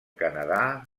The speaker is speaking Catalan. canadà